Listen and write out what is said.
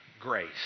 grace